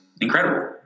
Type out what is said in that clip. incredible